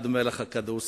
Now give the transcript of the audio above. אחד אומר לך כדורסלן,